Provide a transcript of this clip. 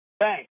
Thanks